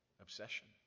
obsession